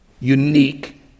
unique